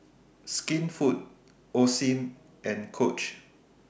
Skinfood Osim and Coach